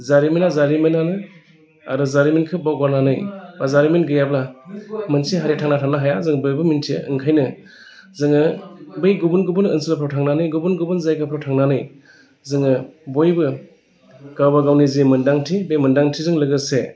जारिमिना जारिमिनानो आरो जारिमिनखो बावगारनानै बा जारिमिन गैयाब्ला मोनसे हारिया थांना थानो हाया जों बयबो मोन्थियो ओंखायनो जोङो बै गुबुन गुबुन ओनसोलफोराव थांनानै गुबुन गुबुन जायगाफोराव थांनानै जोङो बयबो गावबा गावनि जि मोन्दांथि बे मोन्थांथिजों लोगोसे